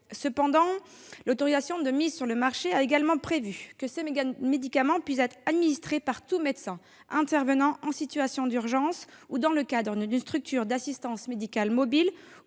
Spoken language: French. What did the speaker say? Cependant, l'autorisation de mise sur le marché a également prévu que ces médicaments puissent être administrés par tout médecin intervenant en situation d'urgence ou dans le cadre d'une structure d'assistance médicale mobile